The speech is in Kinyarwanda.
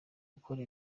gukora